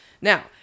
Now